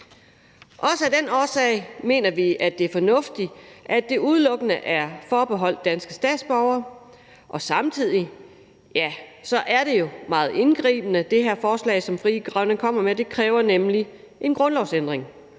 Også af den årsag mener vi, at det er fornuftigt, at det udelukkende er forbeholdt danske statsborgere. Samtidig er det forslag, som Frie Grønne her kommer med, jo meget indgribende, for det kræver nemlig en grundlovsændring.